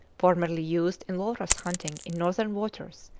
formerly used in walrus-hunting in northern waters,